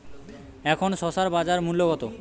এখন শসার বাজার মূল্য কত?